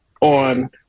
on